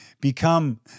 become